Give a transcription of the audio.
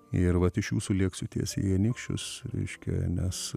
ir vat iš jūsų lėksiu tiesiai į anykščius reiškia nes